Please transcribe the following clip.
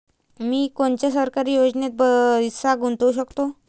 मी कोनच्या सरकारी योजनेत पैसा गुतवू शकतो?